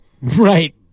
Right